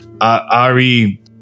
Ari